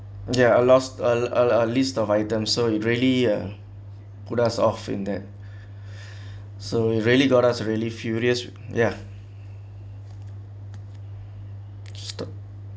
ya I last al~ al~ list of items so it really uh put us off in that so we really got us really furious ya